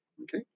Okay